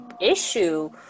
issue